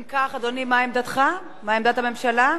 אם כך, אדוני, מה עמדתך, מה עמדת הממשלה?